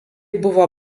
buvo